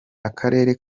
akarere